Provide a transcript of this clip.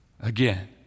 again